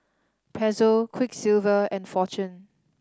Pezzo Quiksilver and Fortune